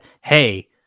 hey